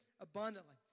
abundantly